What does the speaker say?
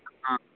ᱦᱚᱸ